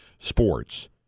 sports